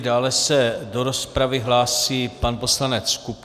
Dále se do rozpravy hlásí pan poslanec Kupka.